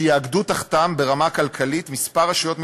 שיאגדו תחתם ברמה כלכלית כמה רשויות מקומיות,